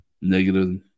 negative